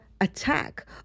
attack